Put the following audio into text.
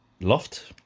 loft